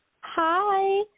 Hi